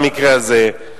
במקרה הזה,